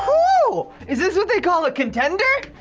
hoo, is this what they call a contender?